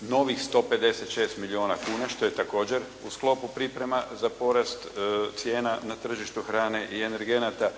novih 156 milijuna kuna što je također u sklopu priprema za porast cijena na tržištu hrane i energenata.